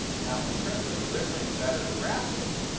now, in terms of delivering better graphics,